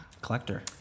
Collector